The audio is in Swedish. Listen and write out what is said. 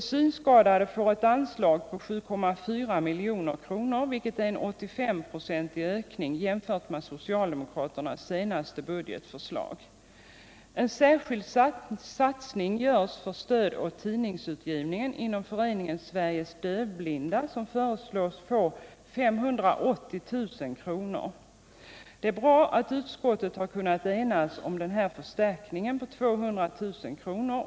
De synskadade får ett anslag på 7,4 milj.kr. vilket är en 85-procentig ökning jämfört med socialdemokraternas senaste budgetförslag. En särskild satsning görs för stöd åt tidningsutgivningen inom föreningen Sveriges dövblinda, som föreslås få 580 000 kr. Det är bra att utskottet kunnat enas om en förstärkning på 200 000 kr.